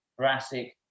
brassic